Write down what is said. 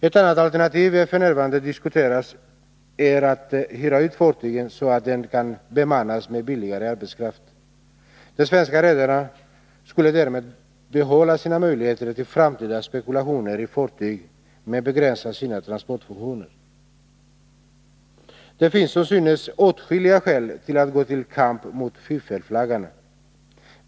Ett annat alternativ som f. n. diskuteras är att hyra ut fartygen, så att de kan bemannas med billigare arbetskraft. De svenska redarna skulle därmed behålla sina möjligheter till framtida spekulationer i fartyg men begränsa sina transportfunktioner. Det finns som synes åtskilliga skäl till att gå till kamp mot fiffelflaggarna.